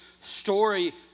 story